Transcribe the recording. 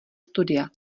studia